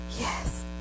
Yes